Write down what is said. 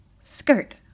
Skirt